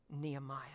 Nehemiah